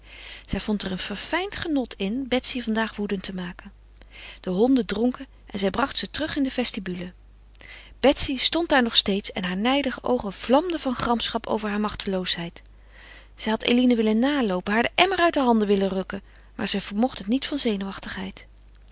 zij vond er een verfijnd genot in betsy vandaag woedend te maken de honden dronken en zij bracht ze terug in de vestibule betsy stond daar nog steeds en haar nijdige oogen vlamden van gramschap over haar machteloosheid zij had eline willen naloopen haar den emmer uit de handen willen rukken maar zij vermocht het niet van zenuwachtigheid